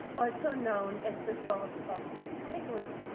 also known as the source of the tigris,